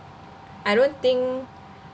I don't think